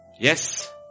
Yes